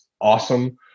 awesome